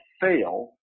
fail